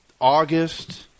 August